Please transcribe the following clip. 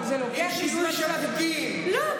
לא,